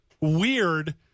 weird